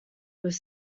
was